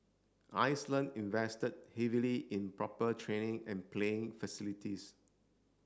Iceland invested heavily in proper training and playing facilities